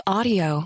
Audio